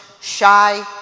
shy